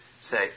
say